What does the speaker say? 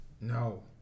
No